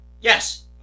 Yes